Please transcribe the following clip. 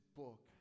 book